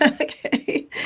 Okay